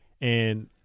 and-